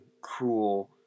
cruel